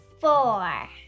Four